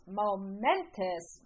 momentous